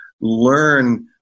learn